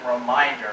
reminder